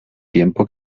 tiempo